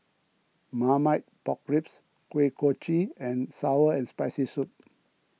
Marmite Pork Ribs Kuih Kochi and Sour and Spicy Soup